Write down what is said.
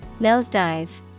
Nosedive